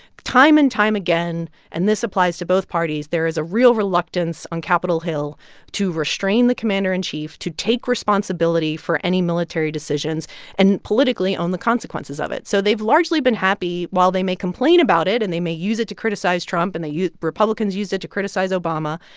time and time again and this applies to both parties there is a real reluctance on capitol hill to restrain the commander in chief, to take responsibility for any military decisions and, politically, own the consequences of it. so they've largely been happy. while they may complain about it and they may use it to criticize trump and the republicans used it to criticize obama,